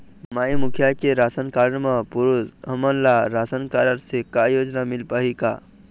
माई मुखिया के ration card म पुरुष हमन ला रासनकारड से का योजना मिल पाही का?